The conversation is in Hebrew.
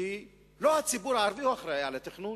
שלא הציבור הערבי אחראי לתכנון.